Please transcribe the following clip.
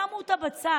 שמו אותה בצד.